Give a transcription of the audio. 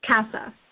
CASA